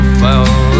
fell